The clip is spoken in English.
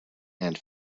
and